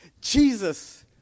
Jesus